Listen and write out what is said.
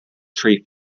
tree